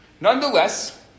Nonetheless